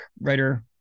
writer